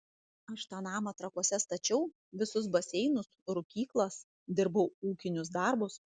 aš tą namą trakuose stačiau visus baseinus rūkyklas dirbau ūkinius darbus